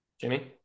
jimmy